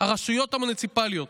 הרשויות המוניציפליות,